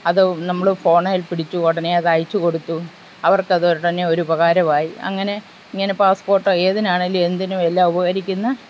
അത് നമ്മൾ ഫോണിൽ പിടിച്ചു ഉടനെ അത് അയച്ചു കൊടുത്തു അവർക്കത് ഉടനെ ഒരുപകാരമായി അങ്ങനെ ഇങ്ങനെ പാസ്സ്പോർട്ടോ ഏതിനാണെങ്കിലും എന്തിനും എല്ലാം ഉപകരിക്കുന്ന